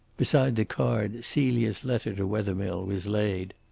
beside the card celia's letter to wethermill was laid.